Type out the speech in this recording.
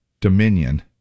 Dominion